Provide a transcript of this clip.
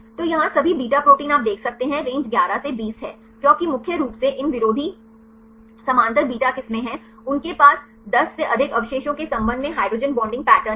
तो यहाँ सभी बीटा प्रोटीन आप देख सकते हैं रेंज 11 से 20 है क्योंकि मुख्य रूप से इन विरोधी समानांतर बीटा किस्में हैं उनके पास 10 से अधिक अवशेषों के संबंध में हाइड्रोजन बॉन्डिंग पैटर्न है